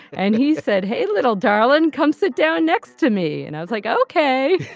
and he said, hey, little darlin, come sit down next to me. and i was like, okay.